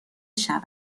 شود